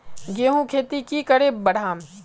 गेंहू खेती की करे बढ़ाम?